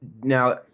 Now